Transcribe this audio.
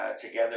together